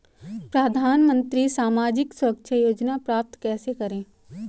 प्रधानमंत्री सामाजिक सुरक्षा योजना प्राप्त कैसे करें?